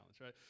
right